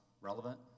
relevant